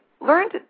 learned